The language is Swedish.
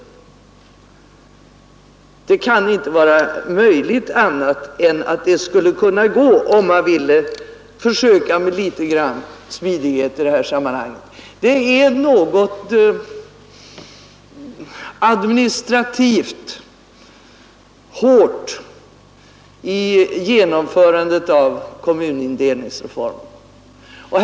Det kan inte vara möjligt annat än att det skulle kunna gå, om man ville försöka med litet grand smidighet i detta sammanhang. Kommunindelningsreformen genomförs på ett administrativt hårt sätt.